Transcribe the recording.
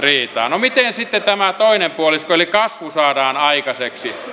no miten sitten tämä toinen puolisko eli kasvu saadaan aikaiseksi